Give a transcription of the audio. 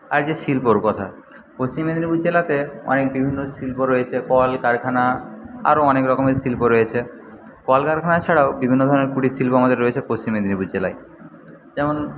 আর যে শিল্পর কথা পশ্চিম মেদিনীপুর জেলাতে অনেক বিভিন্ন শিল্প রয়েছে কলকারখানা আরও অনেক রকমের শিল্প রয়েছে কলকারখানা ছাড়াও বিভিন্ন ধরনের কুটিরশিল্প রয়েছে আমাদের পশ্চিম মেদিনীপুর জেলায় যেমন